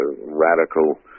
radical